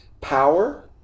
power